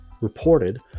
reported